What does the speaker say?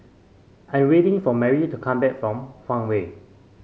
I am waiting for Mary to come back from Farmway